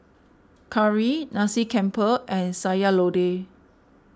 Curry Nasi Campur and Sayur Lodeh